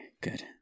good